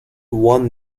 one